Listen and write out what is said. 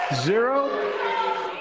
Zero